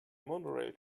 monorail